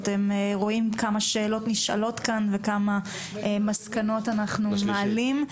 אתם רואים כמה שאלות נשאלות כאן וכמה מסקנות אנחנו מעלים,